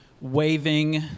waving